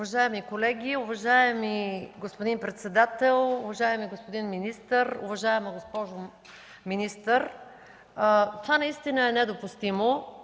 Уважаеми колеги, уважаеми господин председател, уважаеми господин министър! Уважаема госпожо министър, това наистина е недопустимо,